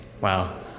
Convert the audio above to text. Wow